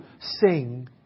sing